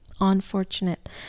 unfortunate